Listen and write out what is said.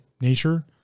nature